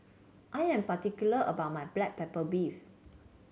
I am particular about my Black Pepper Beef